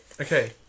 Okay